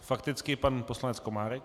Fakticky pan poslanec Komárek.